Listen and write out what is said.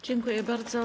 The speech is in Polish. Dziękuję bardzo.